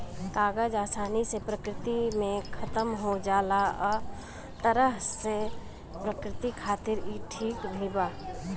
कागज आसानी से प्रकृति में खतम हो जाला ए तरह से प्रकृति खातिर ई ठीक भी बा